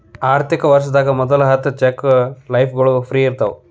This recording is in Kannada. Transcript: ಆರ್ಥಿಕ ವರ್ಷದಾಗ ಮೊದಲ ಹತ್ತ ಚೆಕ್ ಲೇಫ್ಗಳು ಫ್ರೇ ಇರ್ತಾವ